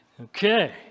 Okay